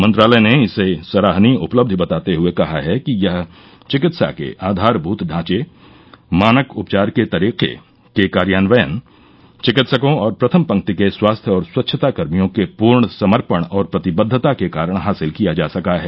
मंत्रालय ने इसे सराहनीय उपलब्धि बताते हुए कहा है कि यह चिकित्सा के आधारभूत ढांचे मानक उपचार के तरीके के कार्यान्वयन चिकित्सकों और प्रथम पंक्ति के स्वास्थ्य और स्वच्छता कर्मियों के पूर्ण समर्पण और प्रतिबद्धता के कारण हासिल किया जा सका है